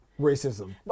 Racism